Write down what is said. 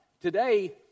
today